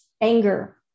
anger